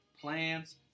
plants